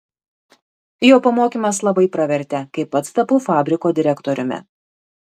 jo pamokymas labai pravertė kai pats tapau fabriko direktoriumi